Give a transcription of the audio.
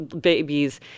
babies